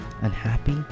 unhappy